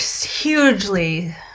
hugely